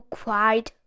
cried